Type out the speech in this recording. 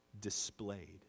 Displayed